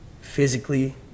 physically